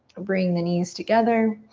bring the knees together.